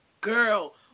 Girl